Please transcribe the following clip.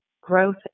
growth